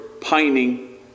pining